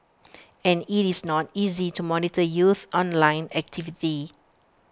and IT is not easy to monitor youth online activity